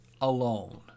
alone